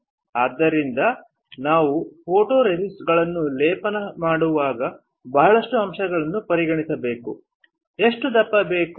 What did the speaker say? ಆದ್ದರಿಂದ ನಾವು ಫೋಟೊರೆಸಿಸ್ಟ್ಗಳನ್ನು ಲೇಪಿಸುವಾಗ ಬಹಳಷ್ಟು ಅಂಶಗಳನ್ನು ಪರಿಗಣಿಸಬೇಕು ಎಷ್ಟು ದಪ್ಪ ಬೇಕು